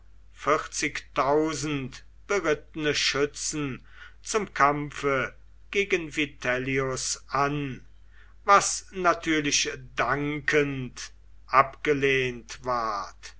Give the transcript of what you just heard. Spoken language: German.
vierzigtausend berittene schützen zum kampfe gegen vitellius an was natürlich dankend abgelehnt ward